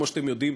כמו שאתם יודעים,